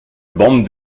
bande